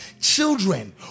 Children